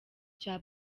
cya